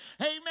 Amen